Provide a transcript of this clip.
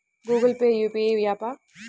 Google pay UPI య్యాపా?